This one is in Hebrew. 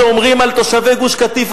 שאומרים על תושבי גוש-קטיף,